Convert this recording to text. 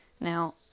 Now